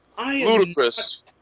ludicrous